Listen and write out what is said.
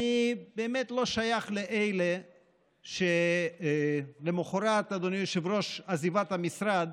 אני באמת לא שייך לאלה שלמוחרת עזיבת המשרד,